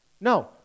No